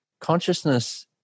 Consciousness